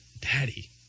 daddy